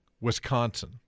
Wisconsin